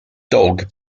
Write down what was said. dog